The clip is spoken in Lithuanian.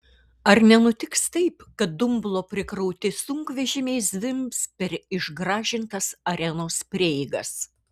ar nenutiks taip kad dumblo prikrauti sunkvežimiai zvimbs per išgražintas arenos prieigas